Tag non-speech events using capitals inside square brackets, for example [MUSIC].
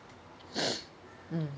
[BREATH] mm